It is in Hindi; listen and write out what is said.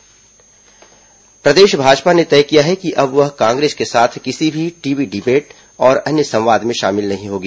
भाजपा बयान प्रदेश भाजपा ने तय किया है कि अब वह कांग्रेस के साथ किसी भी टीवी डिबेट और अन्य संवाद में शामिल नही होगी